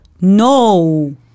no